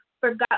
forgot